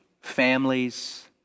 families